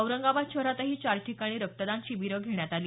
औरंगाबाद शहरातही चार ठिकाणी रक्तदान शिबिरं घेण्यात आली